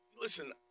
Listen